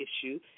issue